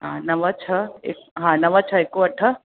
हा नव छह हि हा नव छह हिक अठ